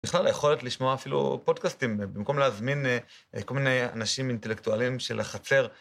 בכלל היכולת לשמוע אפילו פודקאסטים, במקום להזמין כל מיני אנשים אינטלקטואלים של החצר